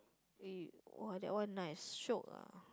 eh !wah! that one nice shiok ah